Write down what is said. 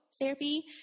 therapy